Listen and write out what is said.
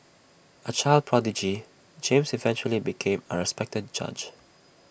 A child prodigy James eventually became A respected judge